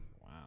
wow